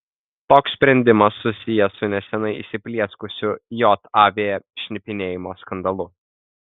toks sprendimas susijęs su neseniai įsiplieskusiu jav šnipinėjimo skandalu